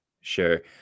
Sure